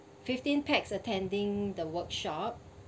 fifteen pax attending the workshop